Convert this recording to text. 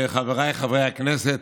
של האופנידן,